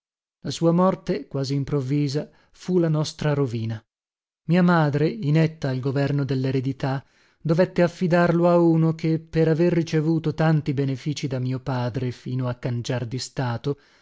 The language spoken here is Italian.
la sua morte quasi improvvisa fu la nostra rovina mia madre inetta al governo delleredità dovette affidarlo a uno che per aver ricevuto tanti beneficii da mio padre fino a cangiar di stato